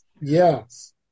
Yes